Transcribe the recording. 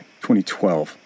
2012